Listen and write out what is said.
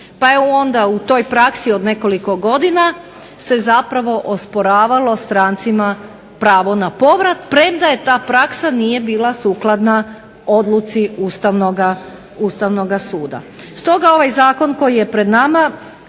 Pa je onda u toj praksi od nekoliko godina se zapravo osporavalo strancima pravo na povrat, premda ta praksa nije bila sukladna odluci Ustavnoga suda. Stoga ovaj zakon koji je pred nama